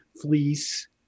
fleece